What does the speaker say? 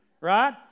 right